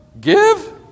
give